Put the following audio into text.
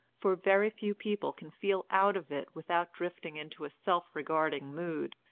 for very few people can feel out of it without drifting into a self-regarding mood,